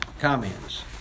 Comments